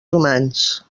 humans